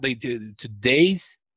today's